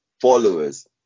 followers